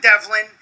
devlin